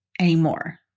anymore